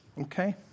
Okay